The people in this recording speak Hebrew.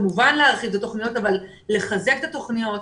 כמובן להרחיב בתוכניות אבל לחזק את התוכניות,